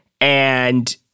and-